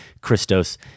Christos